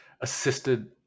Assisted